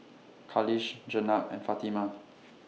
Khalish Jenab and Fatimah